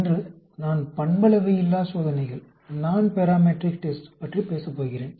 இன்று நான் பண்பளவையில்லாச் சோதனைகள் பற்றி பேசப் போகிறேன்